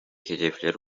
hedeflere